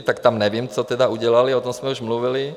Tak tam nevím, co tedy udělali, o tom jsme už mluvili.